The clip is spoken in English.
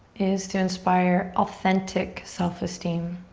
is to inspire authentic self esteem,